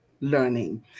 learning